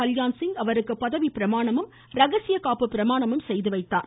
கல்யாண் சிங் அவருக்கு பதவி பிரமாணமும் ரகசியகாப்பு பிரமாணமும் செய்து வைத்தார்